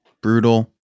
brutal